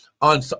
on